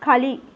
खाली